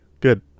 good